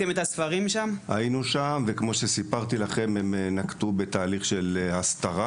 היינו שם וכפי שציינתי קודם הם נקטו בפעולות של הסתרה.